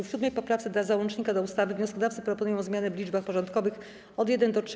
W 7. poprawce do załącznika do ustawy wnioskodawcy proponują zmiany w liczbach porządkowych od 1 do 3.